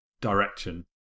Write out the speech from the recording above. direction